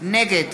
נגד